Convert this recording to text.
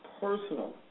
personal